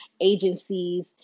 agencies